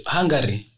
Hungary